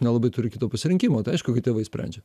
nelabai turi kito pasirinkimo tai aišku kad tėvai sprendžia